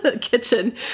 kitchen